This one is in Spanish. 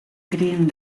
green